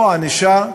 או ענישה,